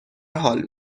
حال